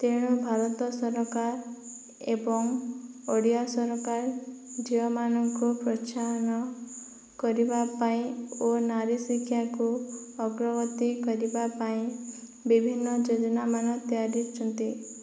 ତେଣୁ ଭାରତ ସରକାର ଏବଂ ଓଡ଼ିଆ ସରକାର ଝିଅମାନଙ୍କୁ ପ୍ରୋତ୍ସାହନ କରିବା ପାଇଁ ଓ ନାରୀ ଶିକ୍ଷାକୁ ଅଗ୍ରଗତି କରିବା ପାଇଁ ବିଭିନ୍ନ ଯୋଜନାମାନ ତିଆରିଛନ୍ତି